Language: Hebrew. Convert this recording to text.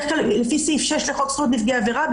לפי סעיף 6 לחוק זכויות נפגעי עבירה,